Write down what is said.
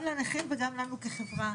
גם לנכים וגם לנו כחברה.